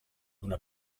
una